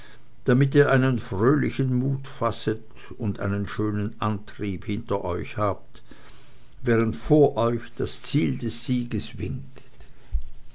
damit ihr einen fröhlichen mut fasset und einen schönen antrieb hinter euch habt während vor euch das ziel des sieges winkt